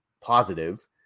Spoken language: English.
positive